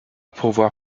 pourvoir